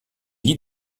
lie